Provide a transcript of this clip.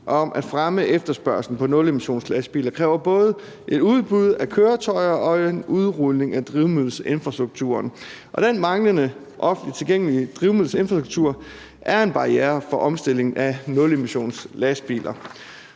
om at fremme efterspørgslen på nulemissionslastbiler kræver både et udbud af køretøjer og en udrulning af drivmiddelinfrastrukturen, og den manglende offentligt tilgængelige drivmiddelinfrastruktur er en barriere for omstilling af nulemissionslastbiler.